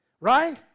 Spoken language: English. Right